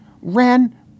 ran